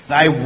Thy